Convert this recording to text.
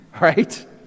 Right